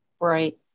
Right